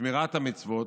בשמירת המצוות,